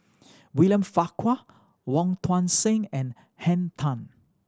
William Farquhar Wong Tuang Seng and Henn Tan